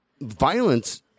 violence